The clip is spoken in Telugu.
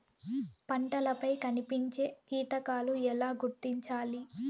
పంటలపై కనిపించే కీటకాలు ఎలా గుర్తించాలి?